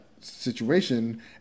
situation